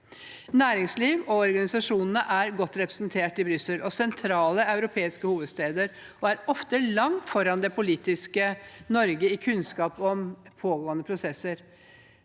Næringslivet og organisasjonene er godt representert i Brussel og sentrale europeiske hovedsteder og er ofte langt foran det politiske Norge i kunnskap om pågående prosesser.